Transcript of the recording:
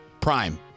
Prime